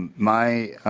my